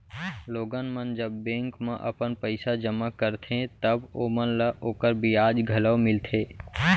लोगन मन जब बेंक म अपन पइसा जमा करथे तव ओमन ल ओकर बियाज घलौ मिलथे